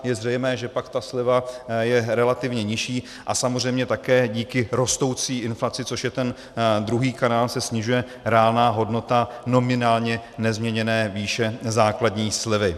Je zřejmé, že pak ta sleva je relativně nižší a samozřejmě také díky rostoucí inflaci, což je ten druhý kanál, se snižuje reálná hodnota nominálně nezměněné výše základní slevy.